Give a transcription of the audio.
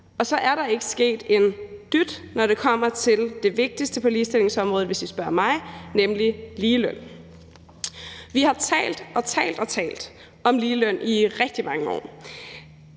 Og så er der ikke sket en dyt, når det kommer til det vigtigste på ligestillingsområdet, hvis man spørger mig, nemlig ligeløn. Vi har talt og talt om ligeløn i rigtig mange år,